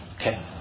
Okay